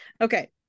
okay